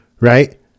right